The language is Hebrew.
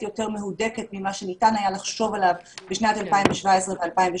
יותר מהודקת ממה שניתן היה לחשוב עליו בשנת 2017 ו-2018